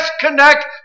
disconnect